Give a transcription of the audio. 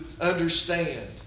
understand